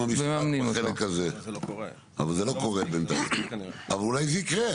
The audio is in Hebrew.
אבל זה לא קורה בינתיים, אולי זה יקרה.